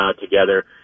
together